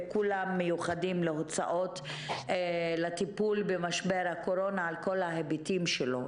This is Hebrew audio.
שכולם יהיו מיוחדים להוצאות לטיפול במשבר הקורונה על כל ההיבטים שלו.